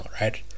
right